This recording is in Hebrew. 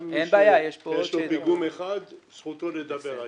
גם מי שיש לו פיגום אחד זכותו לדבר היום,